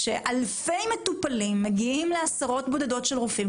ובו אלפי מטופלים מגיעים לעשרות בודדות של רופאים,